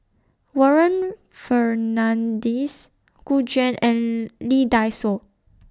Warren Fernandez Gu Juan and Lee Dai Soh